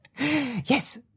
Yes